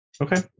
okay